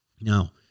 Now